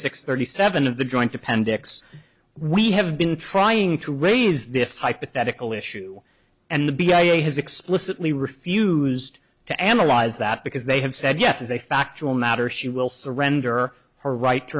six thirty seven of the joint appendix we have been trying to raise this hypothetical issue and the b a a has explicitly refused to analyze that because they have said yes as a factual matter she will surrender her right to